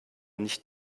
nicht